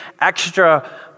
extra